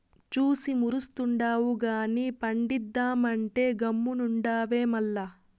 చూసి మురుస్తుండావు గానీ పండిద్దామంటే గమ్మునుండావే మల్ల